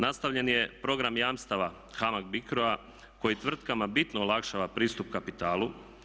Nastavljen je program jamstava HAMAG BICRO-a koji tvrtkama bitno olakšava pristup kapitalu.